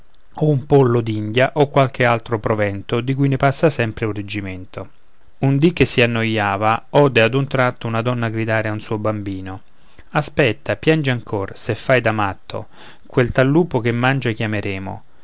un pollo d'india o qualche altro provento di cui ne passa sempre un reggimento un dì che si annoiava ode ad un tratto una donna gridare a un suo bambino aspetta piangi ancor se fai da matto quel tal lupo che mangia chiameremo